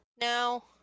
now